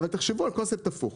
תחשבו על קונספט הפוך,